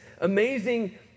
amazing